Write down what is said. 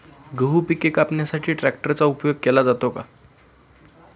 गहू पिके कापण्यासाठी ट्रॅक्टरचा उपयोग केला जातो का?